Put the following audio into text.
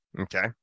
Okay